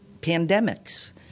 pandemics